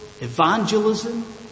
evangelism